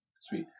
Sweet